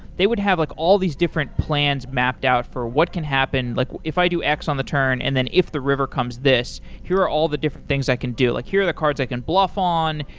they would have like all these different plans mapped out for what can happen. like if i do x on the turn and then if the river comes this, here are all the different things i can do. like here are the cards i can bluff on.